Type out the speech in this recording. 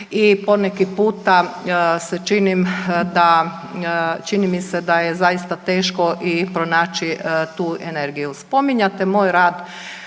I poneki puta se činim da, čini mi se da je zaista teško i pronaći tu energiju. Spominjate moj rad